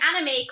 anime